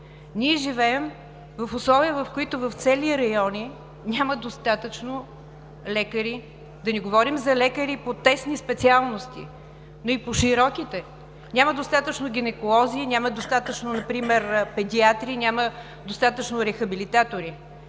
Ние живеем в условия, в които в цели райони няма достатъчно лекари. Да не говорим за лекари по-тесни специалности, но и по-широките. Няма достатъчно гинеколози, няма достатъчно педиатри, няма достатъчно рехабилитатори.